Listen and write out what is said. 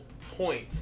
point